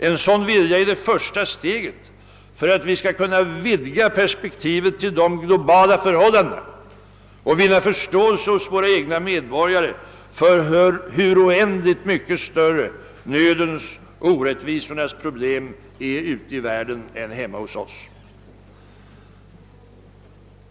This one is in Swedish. En sådan vilja är det första steget för att vi skall kunna vidga perspektivet till de globala förhållandena och vinna förståelse hos våra egna medborgare för hur oändligt mycket större nödens och orättvisornas problem är ute i världen än hemma hos oss.